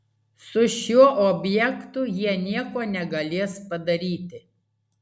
su šiuo objektu jie nieko negalės padaryti